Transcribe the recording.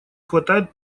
хватает